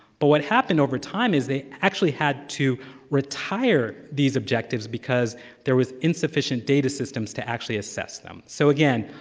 but what happened, over time, is they actually had to retire these objectives because there was insufficient data systems to actually assess them. so, again,